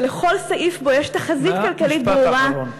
שלכל סעיף בו יש תחזית כלכלית ברורה, משפט אחרון.